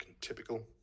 typical